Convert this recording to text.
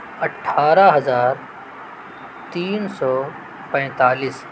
اٹھارہ ہزار تین سو پینتالیس